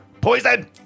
Poison